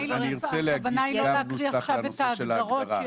אני גם ארצה להגיש נוסח לנושא של ההגדרה.